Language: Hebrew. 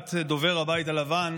הודעת דובר הבית הלבן